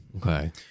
Okay